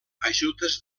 ajudes